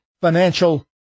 Financial